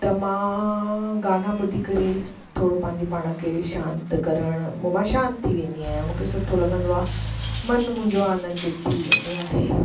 त मां गाना ॿुधी करे थोरो पंहिंजे पाण खे शांति करण पोइ मां शांति थी वेंदी आहियां मूंखे सुठो लॻंदो आहे मनु मुंहिंजो आनंदित थी वेंदो आहे